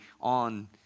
on